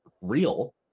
real